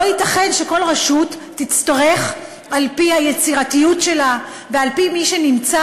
לא ייתכן שכל רשות תצטרך על-פי היצירתיות שלה ועל-פי מי שנמצא